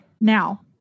now